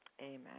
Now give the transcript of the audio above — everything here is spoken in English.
Amen